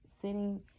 sitting